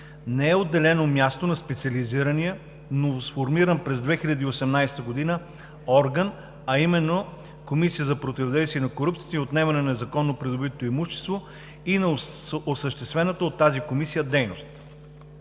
не е отделено място на специализирания, новосформиран през 2018 г. орган – Комисията за противодействие на корупцията и за отнемане на незаконно придобитото имущество, и на осъществената от него дейност.